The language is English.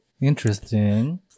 Interesting